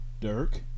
Dirk